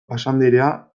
basanderea